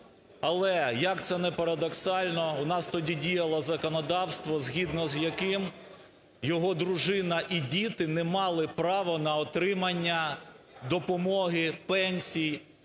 Але, як це не парадоксально, у нас тоді діяло законодавство, згідно з яким його дружина і діти не мали право на отримання допомоги, пенсій.